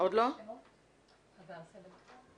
תודה רבה.